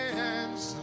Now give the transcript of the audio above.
hands